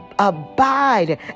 abide